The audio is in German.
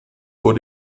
vor